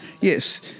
Yes